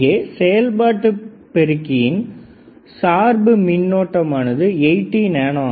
இங்கே செயல்பாட்டு பெருக்கியின் சார்பு மின்னோட்டமானது 80nA